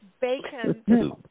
bacon